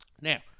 Now